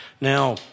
Now